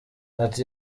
ati